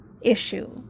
issue